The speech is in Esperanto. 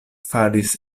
faris